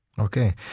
Okay